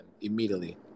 immediately